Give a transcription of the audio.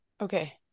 Okay